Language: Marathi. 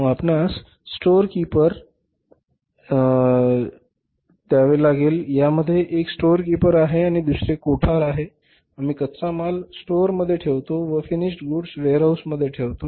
मग आपणास स्टोअर किपर वे ज्यामतन द्यावे लागेल यामध्ये एक स्टोअर कीपर आहे आणि दुसरे कोठार आहे आम्ही कच्चा माल आपण स्टोअर मध्ये ठेवतो व फिनिशड् गुड्स आपण वेअरहाऊसमध्ये ठेवतो